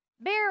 bear